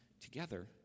together